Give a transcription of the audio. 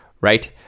right